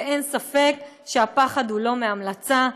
ואין ספק שהפחד הוא לא מההמלצה.